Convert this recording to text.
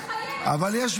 זה חיי אדם.